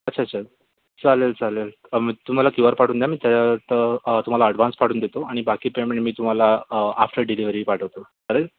अच्छा सर चालेल चालेल मी तुम्हाला क्यू आर पाठवून द्या मी त्या तर तुम्हाला आड्वान्स पाठवून देतो आणि बाकी पेमेंट मी तुम्हाला आफ्टर डिलेव्हरी पाठवतो चालेल